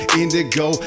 indigo